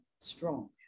strong